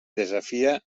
desafia